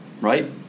right